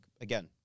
again